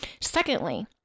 Secondly